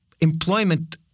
employment